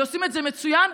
ועושים את זה מצוין,